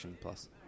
Plus